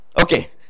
Okay